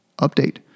update